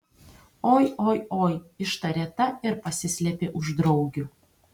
oi oi oi ištarė ta ir pasislėpė už draugių